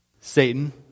Satan